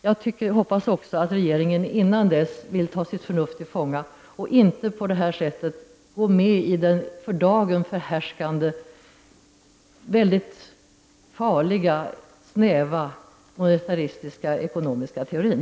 Jag hoppas också att regeringen innan dess vill ta sitt förnuft till fånga och inte följa den för dagen förhärskande väldigt farliga och snäva monetaristiska ekonomiska teorin.